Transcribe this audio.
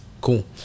Cool